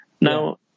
Now